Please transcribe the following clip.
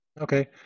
Okay